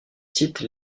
tite